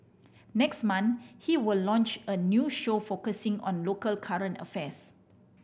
next month he will launch a new show focusing on local current affairs